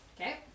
Okay